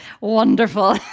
wonderful